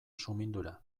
sumindura